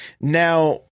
Now